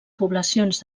poblacions